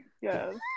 Yes